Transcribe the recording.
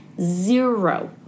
zero